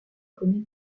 connait